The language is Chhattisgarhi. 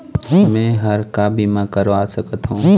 मैं हर का बीमा करवा सकत हो?